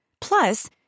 Plus